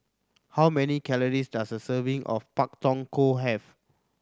how many calories does a serving of Pak Thong Ko have